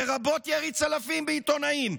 לרבות ירי צלפים בעיתונאים.